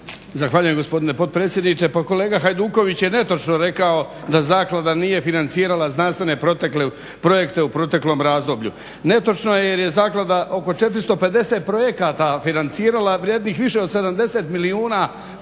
Zahvaljujem, gospodine potpredsjedniče. Pa kolega Hajduković je netočno rekao da zaklada nije financirala znanstvene projekte u proteklom razdoblju. Netočno je jer je zaklada oko 450 projekata financirala vrijednih više od 70 milijuna kuna,